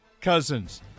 Cousins